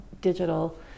digital